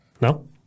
No